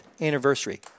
anniversary